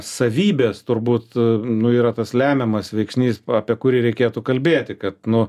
savybės turbūt nu yra tas lemiamas veiksnys apie kurį reikėtų kalbėti kad nu